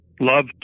Love